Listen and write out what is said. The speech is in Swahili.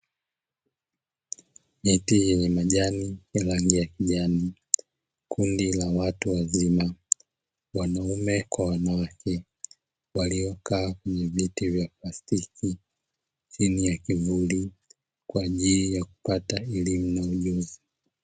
Miti yenye majani yenye rangi ya kijani, kundi la watu wazima, wanaume kwa wanawake waliokaa kwenye viti vya plastiki chini ya kivuli kwa ajili ya kupata elimu na ujuzi.